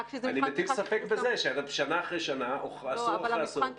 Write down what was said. אני מטיל ספק בזה ששנה אחרי שנה או עשור אחרי עשור,